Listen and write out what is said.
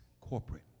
corporate